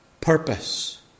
purpose